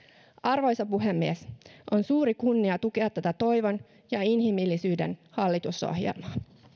arvoisa puhemies on suuri kunnia tukea tätä toivon ja inhimillisyyden hallitusohjelmaa